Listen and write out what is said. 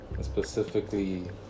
specifically